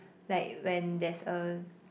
like when there's a